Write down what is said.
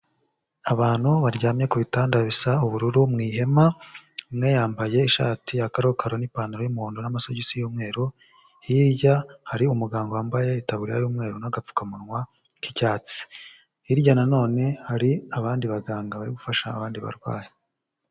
Abantu baryamye ku bitanda bisa ubururu mu ihema. Umwe yambaye ishati ya karokaro n'ipantaro y'umuhondo n'amasogisi y'umweru, hirya hari umuganga wambaye itaburiya y'umweru n'agapfukamunwa k'icyatsi. Hirya nanone hari abandi baganga bari gufasha abandi barwayi.